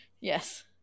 Yes